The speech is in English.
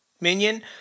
minion